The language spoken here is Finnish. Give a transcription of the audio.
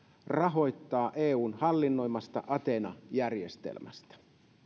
rahoittaa eun hallinnoimasta athena järjestelmästä